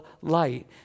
light